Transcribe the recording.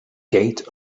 gate